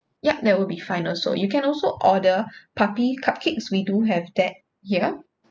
yup that would be fine also you can also order puppy cupcakes we do have that here